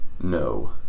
No